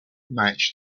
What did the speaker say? match